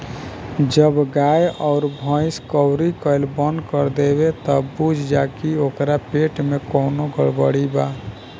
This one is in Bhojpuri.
जब गाय अउर भइस कउरी कईल बंद कर देवे त बुझ जा की ओकरा पेट में कवनो गड़बड़ी बा